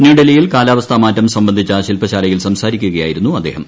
ന്യൂഡൽഹിയിൽ കാലാവസ്ഥാ മാറ്റം സംബന്ധിച്ച ശിൽപശാലയിൽ സംസാരിക്കുകയായിരുന്നു അദ്ദേഹം